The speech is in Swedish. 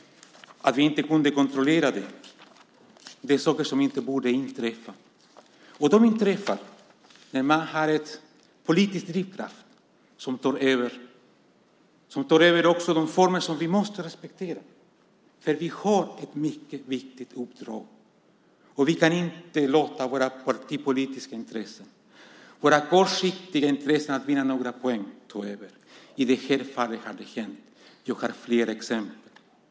Att vi inte kunde kontrollera det är något som inte borde inträffa. Sådana saker inträffar när man har en politisk drivkraft som tar över också de former som vi måste respektera. Vi har ett mycket viktigt uppdrag. Vi kan inte låta våra kortsiktiga partipolitiska intressen av att vinna några poäng ta över. I det här fallet har det hänt. Jag har fler exempel.